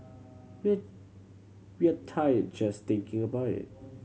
we're we are tired just thinking about it